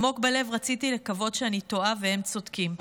עמוק בלב רציתי לקוות שאני טועה והם צודקים,